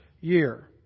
year